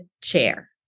chair